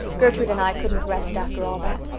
gertrude and i couldn't rest after all that.